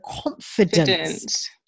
confidence